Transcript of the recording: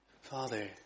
Father